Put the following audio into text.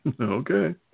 Okay